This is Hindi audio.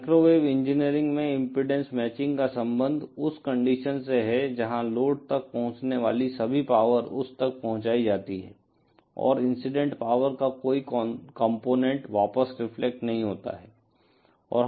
माइक्रोवेव इंजीनियरिंग में इम्पीडेन्स मैचिंग का संबंध उस कंडीशन से है जहां लोड तक पहुंचने वाली सभी पावर उस तक पहुंचाई जाती हैं और इंसिडेंट पावर का कोई कॉम्पोनेन्ट वापस रिफ्लेक्ट नहीं होता है